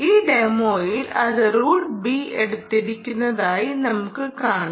ഈ ഡെമോയിൽ അത് റൂട്ട് ബി എടുത്തിരിക്കുന്നതായി നമുക്ക് കാണാം